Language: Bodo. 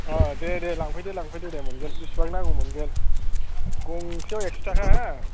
ओ दे दे लांफैदो लांफैदो दे मोनगोन बेसेबां नांगौ मोनगोन गंसेयाव एक्स' थाखा हा